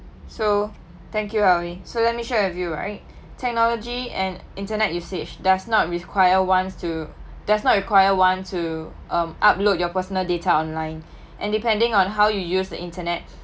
so thank you so let me share with you right technology and internet usage does not require one to does not require one to um upload your personal data online and depending on how you use the internet